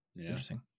Interesting